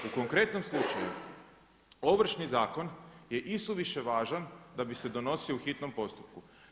U konkretnom slučaju Ovršni zakon je i suviše važan da bi se donosio u hitnom postupku.